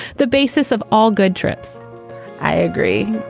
the basis of all good trips i agree